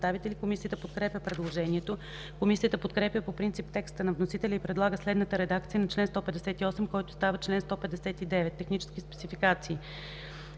Комисията подкрепя предложението. Комисията подкрепя по принцип текста на вносителя и предлага следната редакция на чл. 158, който става чл. 159: „Технически спецификации